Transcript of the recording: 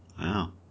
Wow